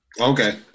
Okay